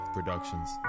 Productions